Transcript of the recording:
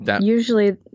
usually